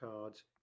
cards